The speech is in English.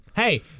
Hey